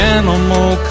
animal